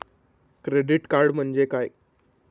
Credit card म्हणजे काय?